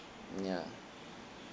ya